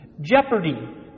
Jeopardy